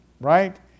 right